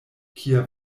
kia